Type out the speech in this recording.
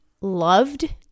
loved